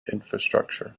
infrastructure